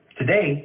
today